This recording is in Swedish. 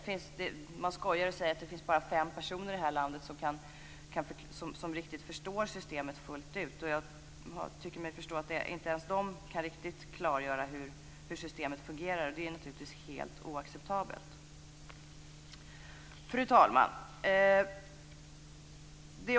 Man brukar skoja och säga att det bara finns fem personer här i landet som förstår systemet fullt ut. Jag tycker mig förstå att inte ens dessa riktigt kan klargöra hur systemet fungerar, och det är naturligtvis helt oacceptabelt. Fru talman!